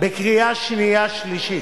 לקריאה שנייה ושלישית,